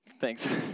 Thanks